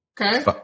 Okay